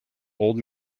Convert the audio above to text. old